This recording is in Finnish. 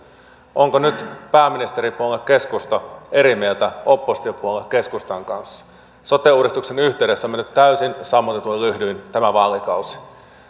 onko nyt pääministeripuolue keskusta eri mieltä oppositiopuolue keskustan kanssa sote uudistuksen yhteydessä on menty täysin sammutetuin lyhdyin tämä vaalikausi